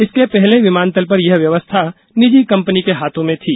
इसके पहले विमानतल पर यह व्यवस्था निजी कंपनी के हाथों में थी